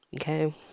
okay